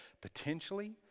potentially